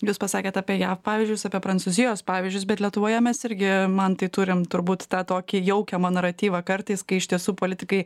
jūs pasakėt apie jav pavyzdžius apie prancūzijos pavyzdžius bet lietuvoje mes irgi mantai turim turbūt tą tokį jaukiamą naratyvą kartais kai iš tiesų politikai